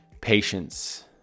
patience